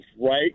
right